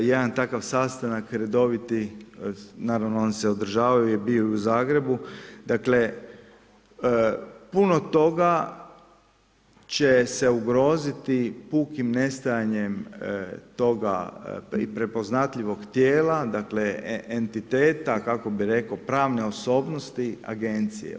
Jedan takav sastanak redoviti naravno on se održavaju i bio je u Zagrebu dakle, puno toga će se ugroziti pukim nestajanjem toga i prepoznatljivog tijela, dakle, entiteta kako bi rekao pravne osobnosti agencije.